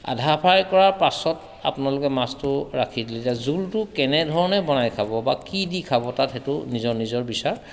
আধা ফ্ৰাই কৰাৰ পাছত আপোনালোকে মাছটো ৰাখি দিলে এতিয়া জোলটো কেনেধৰণে বনাই খাব বা কি দি খাব তাত সেইটো নিজৰ নিজৰ বিচাৰ